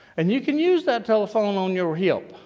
and you can use that telephone on your hip.